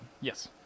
Yes